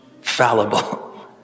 fallible